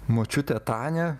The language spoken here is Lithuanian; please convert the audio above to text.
močiutė tania